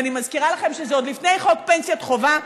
ואני מזכירה לכם שזה עוד לפני חוק פנסיית חובה,